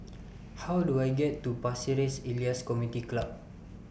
How Do I get to Pasir Ris Elias Community Club